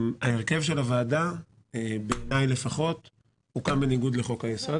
הרכב הוועדה בעיניי הוקם בניגוד לחוק היסוד